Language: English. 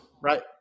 Right